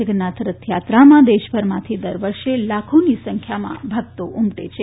જગન્નાથ રથયાત્રામાં દેશભરમાંથી દર વર્ષે લાખોની સંખ્યામાં ભક્તો ઉમટે છે